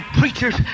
preachers